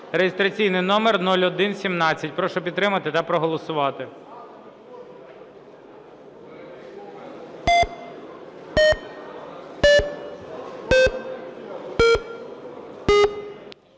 (реєстраційний номер 0117). Прошу підтримати та проголосувати.